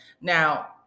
Now